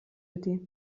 beti